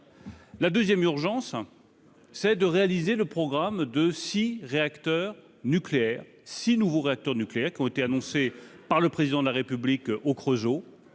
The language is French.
La deuxième urgence est de réaliser le programme de six nouveaux réacteurs nucléaires qui a été annoncé par le Président de la République au Creusot.